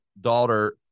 daughter